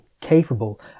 capable